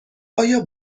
آیا